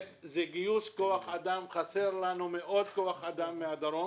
שנית, גיוס כוח אדם וחסר לנו מאוד כוח אדם מהדרום.